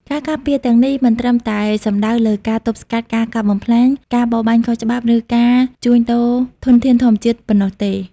ការការពារទាំងនេះ មិនត្រឹមតែសំដៅលើការទប់ស្កាត់ការកាប់បំផ្លាញ ការបរបាញ់ខុសច្បាប់ ឬការជួញដូរធនធានធម្មជាតិប៉ុណ្ណោះទេ។